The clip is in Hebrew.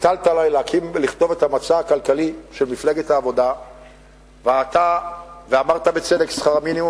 הטלת עלי לכתוב את המצע הכלכלי של מפלגת העבודה ואמרת בצדק שכר מינימום,